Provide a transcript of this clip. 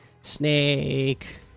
Snake